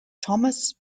thomas